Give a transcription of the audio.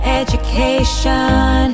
education